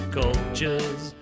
cultures